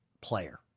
player